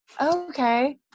okay